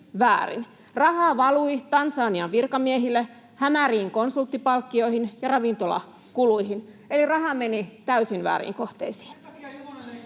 rahaa valui Tansanian virkamiehille, hämäriin konsulttipalkkioihin ja ravintolakuluihin — eli rahaa meni täysin vääriin kohteisiin.